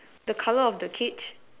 the colour of the kit